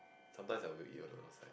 sometimes I will eat alone outside